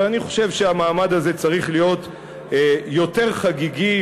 אבל אני חושב שהמעמד הזה צריך להיות יותר חגיגי,